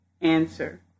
Answer